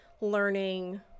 learning